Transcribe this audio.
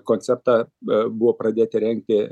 konceptą be buvo pradėti rengti